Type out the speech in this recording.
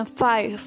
five